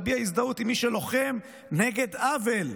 להביע הזדהות עם מי שלוחם נגד עוול"